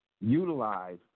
utilize